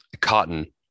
Cotton